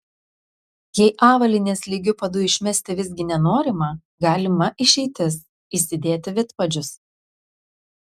jei avalynės lygiu padu išmesti visgi nenorima galima išeitis įsidėti vidpadžius